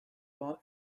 bond